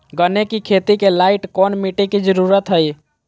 गन्ने की खेती के लाइट कौन मिट्टी की जरूरत है?